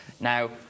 Now